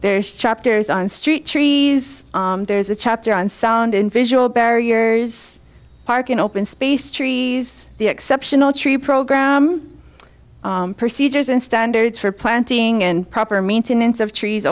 there is chapters on street trees there's a chapter on sound and visual barriers parking open space trees the exceptional tree program procedures and standards for planting and proper maintenance of trees